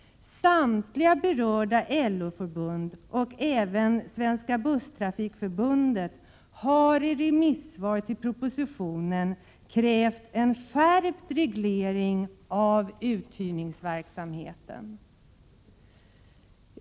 Samtliga berörda LO-förbund och även Svenska Busstrafikförbundet har i remissvar angående propositionen krävt en skärpt reglering av uthyrningsverksamheten.